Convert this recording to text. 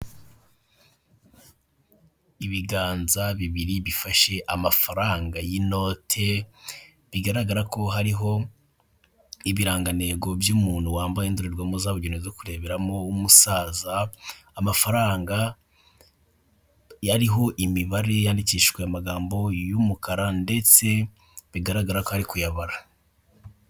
Ibiganza bibiri bifashe amafaranga y'inote, bigaragara ko hariho ibirangantego by'umuntu wambaye indorerwamo zabugene zo kureberamo w'umusaza, amafaranga yariho imibare yandikishishijwe amagambo y'umukara ndetse bigaragara ko ari kuyabara.